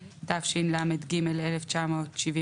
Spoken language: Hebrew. אצל יוסי כבר דיבר על מקרה,